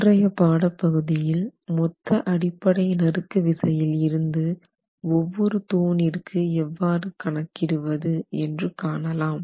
இன்றைய பாடப் பகுதியில் மொத்த அடிப்படை நறுக்கு விசையில் இருந்து ஒவ்வொரு தூணிற்கு எவ்வாறு கணக்கிடுவது என்று காணலாம்